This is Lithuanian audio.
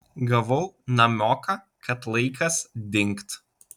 gavau namioką kad laikas dingt